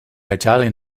italian